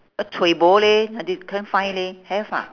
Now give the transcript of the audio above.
uh cueh bo leh I did~ can't find leh have ah